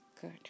good